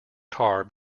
car